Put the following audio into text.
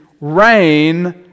rain